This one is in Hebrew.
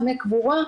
דמי קבורה,